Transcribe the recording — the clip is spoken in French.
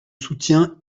soutiens